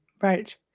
right